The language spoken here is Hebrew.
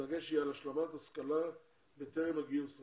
הדגש יהיה על השלמת השכלה בטרם הגיוס.